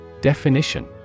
Definition